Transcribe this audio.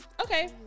okay